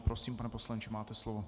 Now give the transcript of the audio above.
Prosím, pane poslanče, máte slovo.